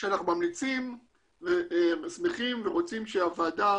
שאנחנו ממליצים ושמחים ורוצים שהוועדה